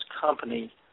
company